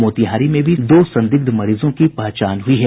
मोतिहारी में भी दो संदिग्ध मरीजों की पहचान हुई है